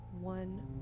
one